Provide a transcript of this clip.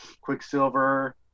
Quicksilver